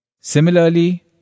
Similarly